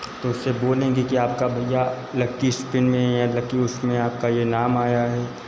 तो उससे बोलेंगे कि आपका भैया लक्की इस्पिन में या लक्की उसमें आपका यह नाम आया है